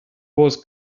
was